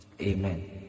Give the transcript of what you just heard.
Amen